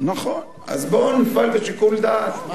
אז בואו נפעל בשיקול דעת.